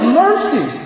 mercy